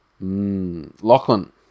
Lachlan